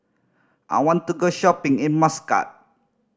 I want to go shopping in Muscat